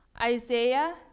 Isaiah